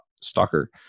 stalker